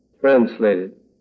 Translated